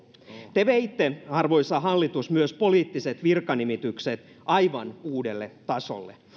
te veitte arvoisa hallitus myös poliittiset virkanimitykset aivan uudelle tasolle